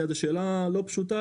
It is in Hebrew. זו שאלה לא פשוטה,